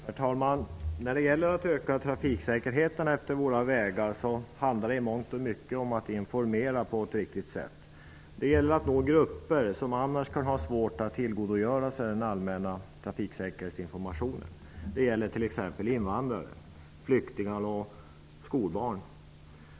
Herr talman! När det gäller att öka trafiksäkerheten utefter våra vägar handlar det i mångt och mycket om att informera på ett riktigt sätt. Det gäller att nå grupper som annars kan ha svårt att tillgodogöra sig den allmänna trafiksäkerhetsinformationen, t.ex invandrare, flyktingar och skolbarn.